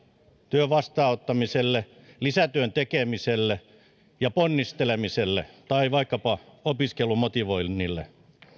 työn vastaanottamiselle lisätyön tekemiselle ja ponnistelemiselle tai vaikkapa opiskeluun motivoinnille